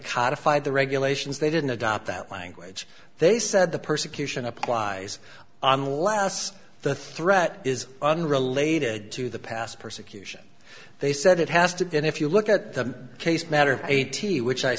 codified the regulations they didn't adopt that language they said the persecution applies unless the threat is unrelated to the past persecution they said it has to be and if you look at the case matter eighty which i